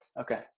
Okay